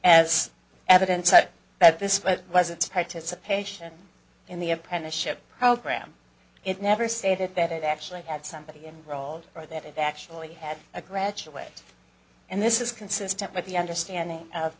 as evidence that this vote was its participation in the apprenticeship program it never stated that it actually had somebody enrolled or that it actually had a graduate and this is consistent with the understanding of